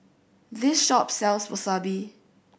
this shop sells Wasabi